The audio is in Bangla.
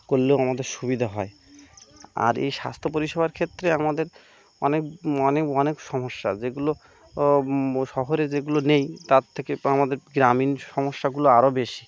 করলেও আমাদের সুবিধা হয় আর এই স্বাস্থ্য পরিষেবার ক্ষেত্রে আমাদের অনেক অনেক অনেক সমস্যা যেগুলো ও শহরে যেগুলো নেই তার থেকে তো আমাদের গ্রামীণ সমস্যাগুলো আরো বেশি